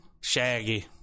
Shaggy